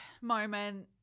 moment